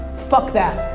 fuck that.